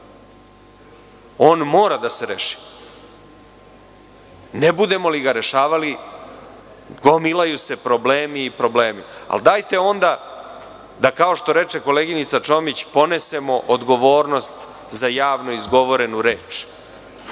On mora da se reši. Ne budemo li ga rešavali gomilaju se problemi i problemi, ali dajte onda, kao što reče koleginica Čomić, ponesemo odgovornost za javno izgovorenu reč,